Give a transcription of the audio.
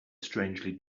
strangely